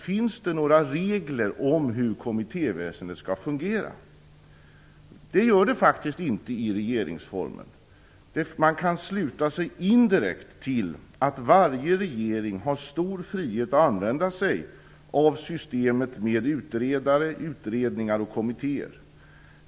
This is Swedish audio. Finns det några regler om hur kommittéväsendet skall fungera? Det gör det faktiskt inte i regeringsformen. Man kan indirekt sluta sig till att varje regering har stor frihet att använda sig av systemet med utredare, utredningar och kommittéer.